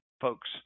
folks